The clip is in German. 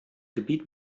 gebiet